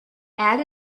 add